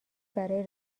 برای